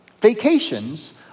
Vacations